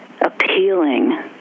appealing